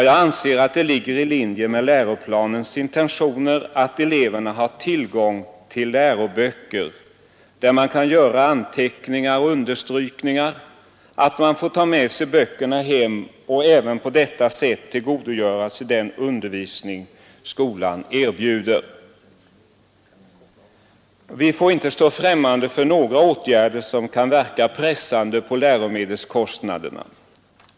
Jag anser att det ligger i linje med läroplanens intentioner att eleverna har tillgång till läroböcker där de kan göra anteckningar och understrykningar, att de får ta med sig böckerna hem och även på detta sätt tillgodogöra sig den undervisning som skolan erbjuder. Vi får inte stå främmande för några åtgärder som kan verka pressande på läromedelskostnaderna.